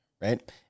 right